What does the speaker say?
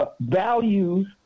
values